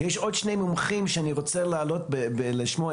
יש עוד שני מומחים שאני רוצה להעלות בזום